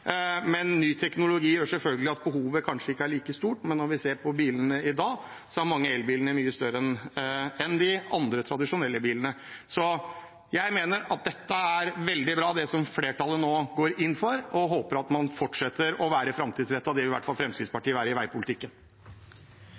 Ny teknologi gjør selvfølgelig at behovet kanskje ikke er like stort, men når vi ser på bilene i dag, er mange av elbilene mye større enn de tradisjonelle bilene. Jeg mener det er veldig bra det som flertallet nå går inn for, og håper at man fortsetter å være framtidsrettet. Det vil i hvert fall Fremskrittspartiet være i veipolitikken.